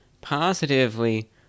positively